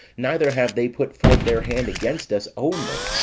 neither have they put forth their hand against us only,